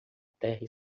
terra